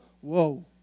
Whoa